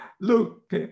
Look